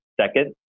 second